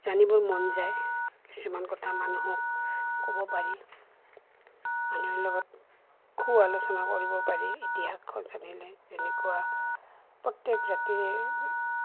জানিবৰ মন যায় কিছুমান কথা মানুহক ক'ব পাৰি মানুহৰ লগত সু আলোচনা কৰিব পাৰি ইতিহাসখন জানিলে যেনেকুৱা প্ৰত্যেক জাতিৰে